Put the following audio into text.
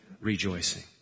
rejoicing